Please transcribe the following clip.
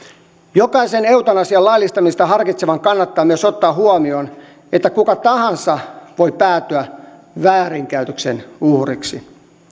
jokaisen eutanasian laillistamista harkitsevan kannattaa myös ottaa huomioon että kuka tahansa voi päätyä väärinkäytöksen uhriksi